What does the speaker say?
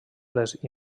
les